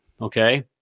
Okay